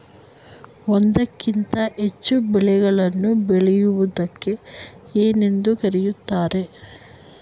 ಒಂದಕ್ಕಿಂತ ಹೆಚ್ಚು ಬೆಳೆಗಳನ್ನು ಬೆಳೆಯುವುದಕ್ಕೆ ಏನೆಂದು ಕರೆಯುತ್ತಾರೆ?